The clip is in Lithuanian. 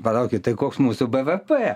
palaukit tai koks mūsų bvp